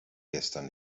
gestern